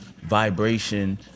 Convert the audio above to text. vibration